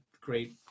great